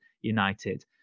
United